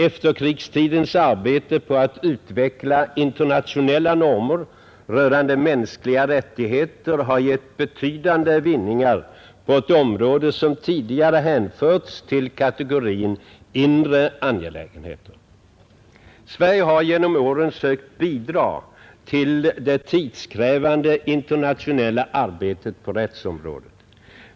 Efterkrigstidens arbete på att utveckla internationella normer rörande mänskliga rättigheter har gett betydande vinningar på ett område som tidigare hänförts till kategorien inre angelägenheter. Sverige har genom åren sökt bidra till det tidskrävande internationella arbetet på rättsområdet.